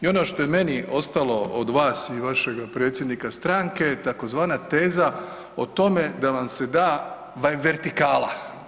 I ono što je meni ostalo od vas i vašega predsjednika stranke je tzv. teza o tome da vam se da vertikala.